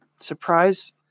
surprise